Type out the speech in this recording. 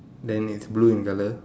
then it's blue in colour